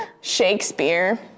Shakespeare